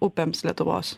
upėms lietuvos